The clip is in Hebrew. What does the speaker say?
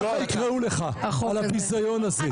עמית מתנות קטנות יקראו לך על הביזיון הזה.